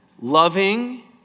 loving